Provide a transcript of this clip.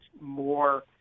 more